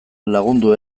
lagundu